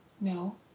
No